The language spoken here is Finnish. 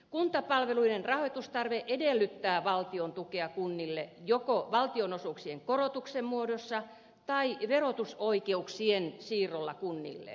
kuntapalveluiden rahoitustarve edellyttää valtion tukea kunnille joko valtionosuuksien korotuksen muodossa tai verotusoikeuksien siirrolla kunnille